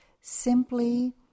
simply